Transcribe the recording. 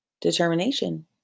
determination